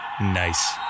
Nice